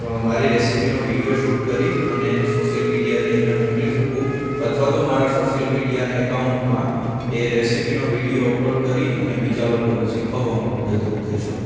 મારી રેસિપીનો video shoot કરી અને સોસિયલ મિડીયાથી એને મોકલી શકું અથવા તો મારા સોસિયલ મીડિયા એકાઉન્ટમાં એ રેસેપીનો વિડીયો અપલોડ કરી અને બીજા લોકોને શીખવવામાં મદદરૂપ થઈ શકું